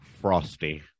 frosty